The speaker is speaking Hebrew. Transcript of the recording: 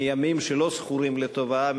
מימים שלא זכורים לטובה,